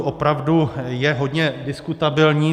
Opravdu je hodně diskutabilní.